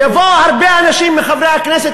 יבואו הרבה אנשים מחברי הכנסת,